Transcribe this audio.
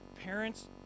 parents